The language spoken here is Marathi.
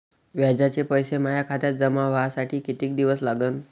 व्याजाचे पैसे माया खात्यात जमा व्हासाठी कितीक दिवस लागन?